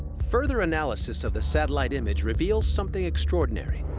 further analysis of the satellite image reveals something extraordinary.